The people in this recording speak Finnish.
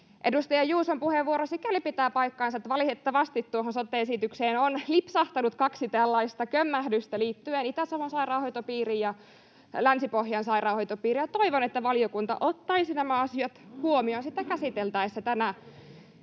edustaja Juuson puheenvuoro sikäli pitää paikkansa, että valitettavasti tuohon sote-esitykseen on lipsahtanut kaksi tällaista kömmähdystä liittyen Itä-Savon sairaanhoitopiiriin ja Länsi-Pohjan sairaanhoitopiiriin, ja toivon, että valiokunta ottaisi nämä asiat huomioon sitä käsiteltäessä tänä